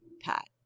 pat